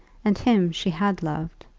and him she had loved.